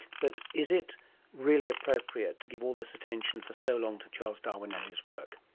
but is it really appropriate to give all this attention for so long to charles darwin and his work?